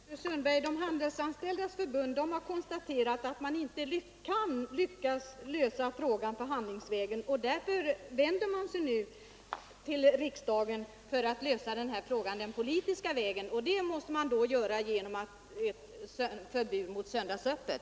Fru talman! Handelsanställdas förbund har konstaterat att man inte kan lösa frågan förhandlingsvägen, och därför vänder man sig nu till riksdagen för att frågan skall lösas den politiska vägen. Det måste då ske genom ett förbud mot söndagsöppet.